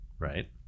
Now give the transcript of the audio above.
Right